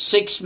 Six